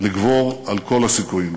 לגבור על כל הסיכונים.